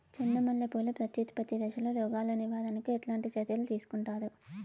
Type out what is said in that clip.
చెండు మల్లె పూలు ప్రత్యుత్పత్తి దశలో రోగాలు నివారణకు ఎట్లాంటి చర్యలు తీసుకుంటారు?